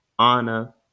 Anna